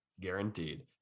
Guaranteed